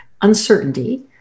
uncertainty